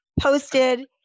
posted